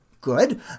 good